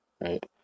right